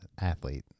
athlete